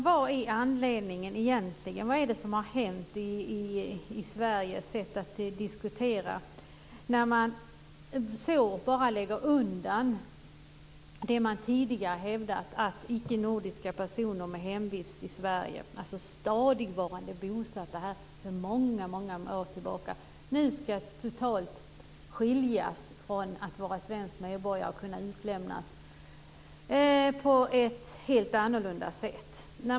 Fru talman! Vad är det som har hänt i Sveriges sätt att diskutera när man lägger undan det man tidigare hävdat, och säger att icke nordiska personer med hemvist i Sverige - alltså stadigvarande bosatta här sedan många år tillbaka - nu ska totalt skiljas från att vara svenska medborgare och kunna utlämnas på ett annorlunda sätt?